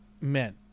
men